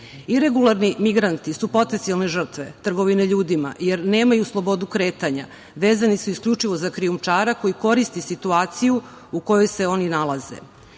Iregularni migranti su potencijalne žrtve trgovine ljudima jer nemaju slobodu kretanja, vezani su isključivo za krijumčara koji koristi situaciju u kojoj se oni nalaze. Srbija